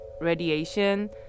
radiation